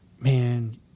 man